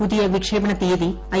പുതിയ വിക്ഷേപണ തീയതി ഐ